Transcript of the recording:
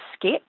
sketch